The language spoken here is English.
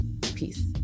Peace